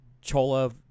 chola